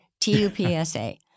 T-U-P-S-A